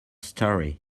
story